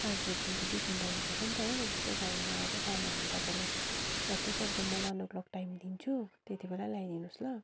पाँच बजीदेखिको ट्युसन जानु पर्छ नि त हो त्यही कारणले मलाई चाहिँ सामानहरू तपाईँले जतिसक्दो म वान ओ क्लक टाइम दिन्छु त्यति बेलै ल्याइदिनुहोस् ल